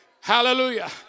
Hallelujah